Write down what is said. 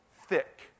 thick